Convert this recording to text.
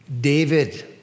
David